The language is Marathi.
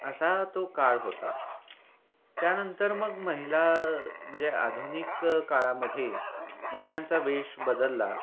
असा तो काळ होता त्यानंतर मग महिला म्हणजे आधुनिक काळामधे महिलांचा वेश बदलला